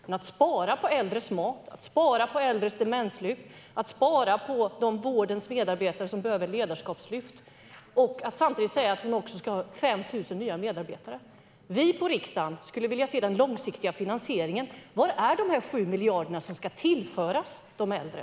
Man sparar på äldres mat, på äldres demenslyft och på de av vårdens medarbetare som behöver ledarskapslyft. Samtidigt säger man att man också ska ha 5 000 nya medarbetare. Vi i riksdagen skulle vilja se den långsiktiga finansieringen. Var är de 7 miljarderna som ska tillföras de äldre?